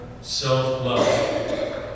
Self-love